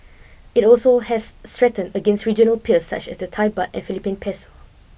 it also has strengthened against regional peers such as the Thai baht and Philippine Peso